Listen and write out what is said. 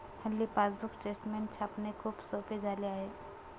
हल्ली passbook statement छापणे खूप सोपे झाले आहे